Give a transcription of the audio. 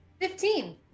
Fifteen